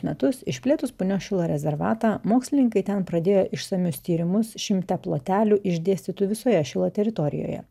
metus išplėtus punios šilo rezervatą mokslininkai ten pradėjo išsamius tyrimus šimte plotelių išdėstytų visoje šilo teritorijoje